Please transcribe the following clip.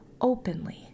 openly